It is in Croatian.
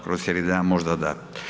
Kroz cijeli dan možda da.